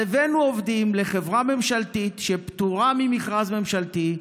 אז הבאנו עובדים לחברה ממשלתית שפטורה ממכרז ממשלתית,